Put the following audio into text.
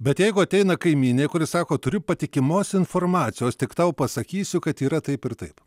bet jeigu ateina kaimynė kuri sako turiu patikimos informacijos tik tau pasakysiu kad yra taip ir taip